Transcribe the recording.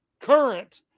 current